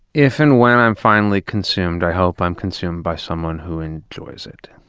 if and when i'm finally consumed, i hope i'm consumed by someone who enjoys it.